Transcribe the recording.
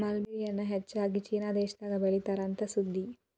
mulberry ಎನ್ನಾ ಹೆಚ್ಚಾಗಿ ಚೇನಾ ದೇಶದಾಗ ಬೇಳಿತಾರ ಅಂತ ಸುದ್ದಿ